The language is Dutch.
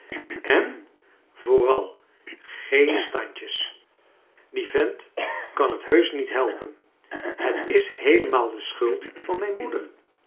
en vooral geen standjes die vent kan het heusch niet helpen het is heelemaal de schuld van mijn moeder